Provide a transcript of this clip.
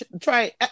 try